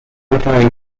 referring